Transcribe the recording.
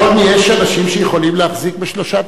יש אנשים שיכולים להחזיק בשלושה תפקידים,